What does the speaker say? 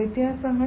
വ്യത്യാസങ്ങൾ